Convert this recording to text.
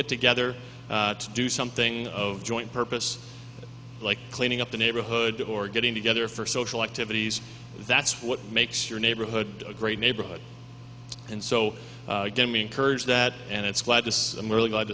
get together to do something of joint purpose like cleaning up the neighborhood or getting together for social activities that's what makes your neighborhood a great neighborhood and so them encourage that and it's glad this i'm really glad